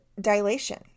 dilation